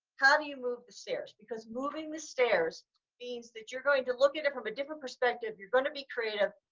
how do you move the stairs? because moving the stairs means that you're going to look at it from a different perspective. you're going to be creative.